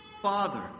Father